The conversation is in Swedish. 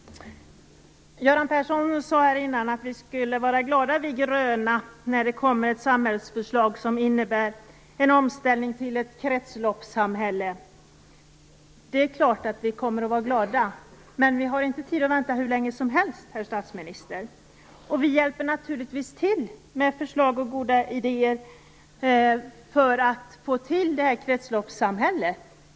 Göran Persson sade att vi gröna skulle vara glada när det kommer ett förslag som innebär en omställning till ett kretsloppssamhälle. Det är klart att vi kommer att vara glada, men vi har inte tid att vänta hur länge som helst, herr statsminister. Vi hjälper naturligtvis till med förslag och goda idéer för att få till det här kretsloppssamhället.